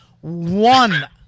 One